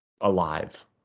Alive